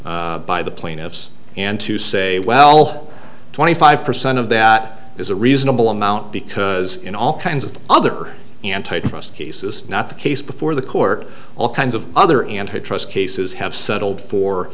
by the plaintiffs and to say well twenty five percent of that that is a reasonable amount because in all kinds of other antitrust cases not the case before the court all kinds of other antitrust cases have settled for